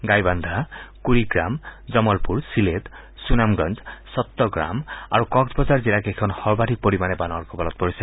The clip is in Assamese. গাইবান্ধা কুৰিগ্ৰাম জমলপুৰ ছিলেট ছুনামগঞ্জ চট্টগ্ৰাম আৰু কক্সবাজাৰ জিলাকেইখন সৰ্বাধিক পৰিমাণে বানৰ কৱলত পৰিছে